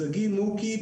שגיא מוקי,